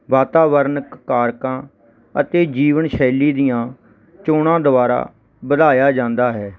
ਵਾਤਾਵਰਨ ਕਾਰਕਾਂ ਅਤੇ ਜੀਵਨ ਸ਼ੈਲੀ ਦੀਆਂ ਚੋਣਾਂ ਦੁਆਰਾ ਵਧਾਇਆ ਜਾਂਦਾ ਹੈ